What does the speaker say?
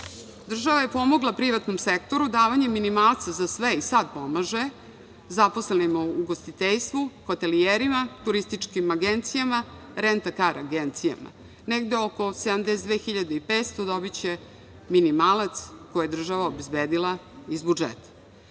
njima. Država je pomogla privatnom sektoru davanjem minimalca za sve i sada pomaže zaposlenima u ugostiteljstvu, hotelijerima, turističkim agencijama, rent a kar agencijama. Negde oko 72.500 dobiće minimalac koji je država obezbedila iz budžeta. Ne